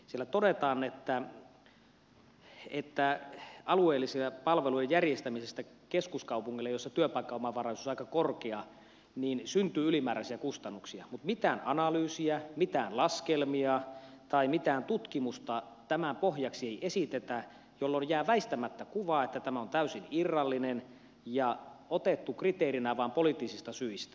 siellä todetaan että alueellisten palvelujen järjestämisestä keskuskaupungille jossa työpaikkaomavaraisuus on aika korkea syntyy ylimääräisiä kustannuksia mutta mitään analyysiä mitään laskelmia tai mitään tutkimusta tämän pohjaksi ei esitetä jolloin jää väistämättä kuva että tämä on täysin irrallinen ja otettu kriteerinä vain poliittisista syistä